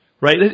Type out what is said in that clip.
right